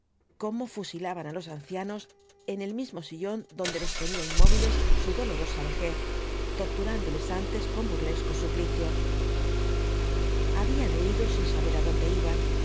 cómo fusilaban á los ancianos en el mismo sillón donde los tenía inmóviles su dolorosa vejez torturándoles antes con burlescos suplicios habían huido sin saber adonde itían